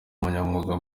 umunyamwuga